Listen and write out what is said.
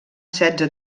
setze